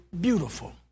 beautiful